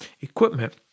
equipment